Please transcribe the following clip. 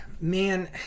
Man